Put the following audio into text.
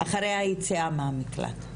אחרי היציאה מהמקלט.